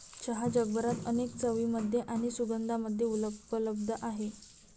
चहा जगभरात अनेक चवींमध्ये आणि सुगंधांमध्ये उपलब्ध आहे